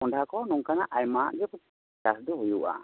ᱠᱚᱦᱚᱰᱟ ᱠᱚ ᱱᱚᱝᱠᱟᱱᱟᱜ ᱟᱭᱢᱟ ᱜᱮ ᱪᱟᱥ ᱫᱚ ᱦᱩᱭᱩᱜᱼᱟ